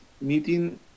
meeting